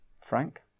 frank